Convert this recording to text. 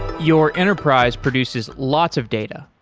your enterprise produces lots of data,